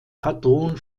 patron